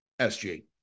SG